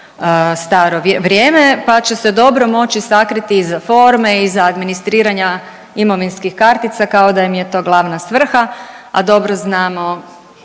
staro vrijeme, pa će se dobro moći sakriti iza forme, iza administriranja imovinskih kartica kao da im je to glavna svrha, a dobro znamo,